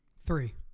Three